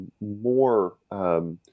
more